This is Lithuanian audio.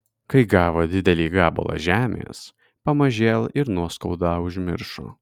kai gavo didelį gabalą žemės pamažėl ir nuoskaudą užmiršo